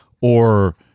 or-